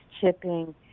chipping